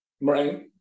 right